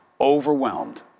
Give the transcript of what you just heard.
overwhelmed